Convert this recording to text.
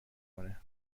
کنه